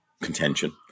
contention